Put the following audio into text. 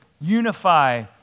unify